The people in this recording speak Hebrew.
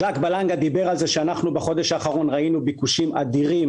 ז'ק בלנגה אמר שבחודש האחרון ראינו ביקושים אדירים.